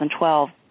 2012